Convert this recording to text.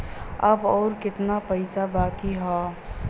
अब अउर कितना पईसा बाकी हव?